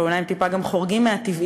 אבל הם אולי טיפה גם חורגים מהטבעי,